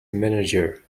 manager